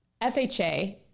fha